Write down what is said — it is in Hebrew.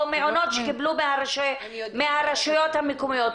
או מעונות שקיבלו מהרשויות המקומיות,